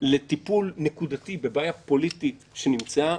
לטיפול נקודתי בבעיה פוליטית שנמצאה.